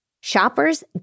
Shoppers